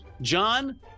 John